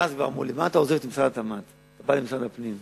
אמרו לי: מה אתה עוזב את משרד התמ"ת ובא למשרד הפנים?